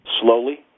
slowly